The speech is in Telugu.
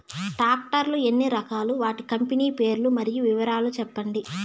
టాక్టర్ లు ఎన్ని రకాలు? వాటి కంపెని పేర్లు మరియు వివరాలు సెప్పండి?